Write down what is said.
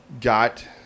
got